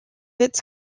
its